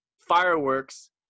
fireworks